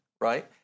right